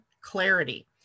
clarity